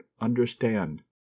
understand